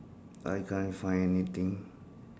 I can't find anything